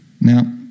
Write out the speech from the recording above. Now